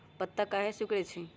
पत्ता काहे सिकुड़े छई?